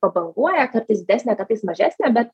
pabanguoja kartais didesnė kartais mažesnė bet